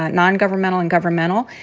non-governmental and governmental,